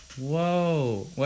Whoa